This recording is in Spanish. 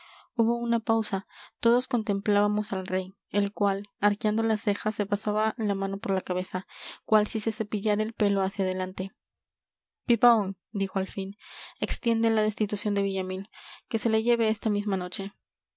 hubo una pausa todos contemplábamos al rey el cual arqueando las cejas se pasaba la mano por la cabeza cual si se cepillara el pelo hacia adelante pipaón dijo al fin extiende la destitución de villamil que se le lleve esta misma noche